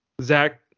zach